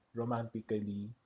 romantically